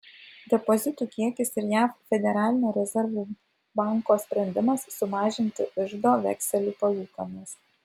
depozitų kiekis ir jav federalinio rezervų banko sprendimas sumažinti iždo vekselių palūkanas